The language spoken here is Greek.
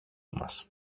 μας